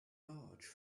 large